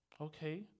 Okay